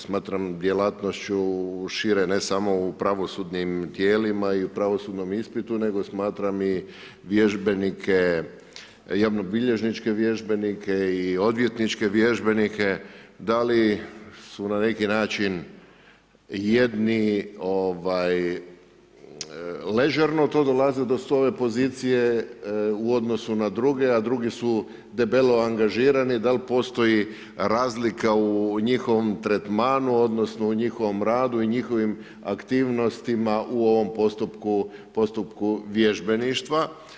Smatram djelatnošću šire, ne samo u pravosudnim tijelima i u pravosudnom ispitu, nego smatram i vježbenike, javno bilježničke vježbenike i odvjetničke vježbenike, da li su na neki način jedni ležerno to dolaze do ove pozicije u odnosu na druge, a drugi su debelo angažirani, da li postoji razlika u njihovom tretmanu, odnosno, u njihovom radu i njihovim aktivnostima, u ovom postupku vježbeništva.